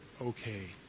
okay